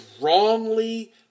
wrongly